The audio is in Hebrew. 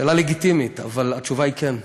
שאלה לגיטימית, אבל התשובה היא: כן.